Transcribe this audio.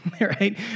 right